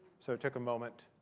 so it took a moment.